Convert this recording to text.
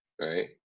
Right